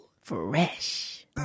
fresh